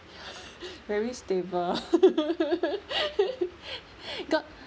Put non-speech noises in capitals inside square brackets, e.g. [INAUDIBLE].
[BREATH] very stable [LAUGHS] [BREATH] got